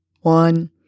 one